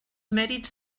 mèrits